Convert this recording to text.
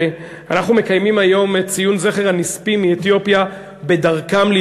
אנחנו מקיימים היום את ציון זכר הנספים בדרכם מאתיופיה לירושלים.